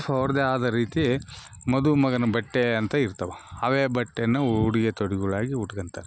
ಅವ್ರದೆ ಆದ ರೀತಿ ಮದುಮಗನ ಬಟ್ಟೆ ಅಂತ ಇರ್ತವೆ ಅವೇ ಬಟ್ಟೆನ ಉಡುಗೆ ತೊಡುಗೆಗಳಾಗಿ ಉಟ್ಕೋತಾರೆ